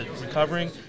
recovering